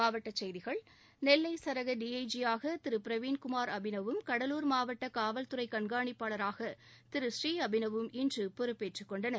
மாவட்டச் செய்திகள் நெல்லை சரக டிஐஜியாக திரு பிரவீன்குமார் அபினவ் வும் கடலூர் மாவட்ட காவல்துறை கண்காணிப்பாளராக திரு ஸ்ரீஅபினவும் இன்று பொறுப்பேற்றுக்கொண்டனர்